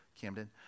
Camden